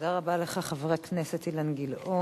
תודה רבה לך, חבר הכנסת אילן גילאון.